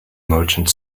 merchant